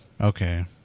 Okay